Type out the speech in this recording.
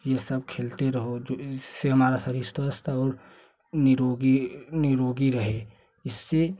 ये सब खेलते रहो जो जिससे हमारा शरीर स्वस्थ हो निरोगी निरोगी रहे इससे